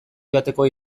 joateko